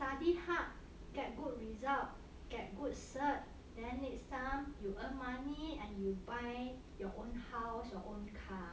study hard get good result get good certificate then next time you earn money and you by your own house your own car